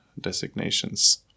designations